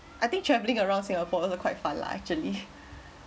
I think travelling around singapore also quite fun lah actually